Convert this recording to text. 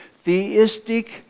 theistic